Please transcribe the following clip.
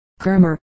Kermer